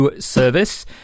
service